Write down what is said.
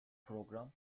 program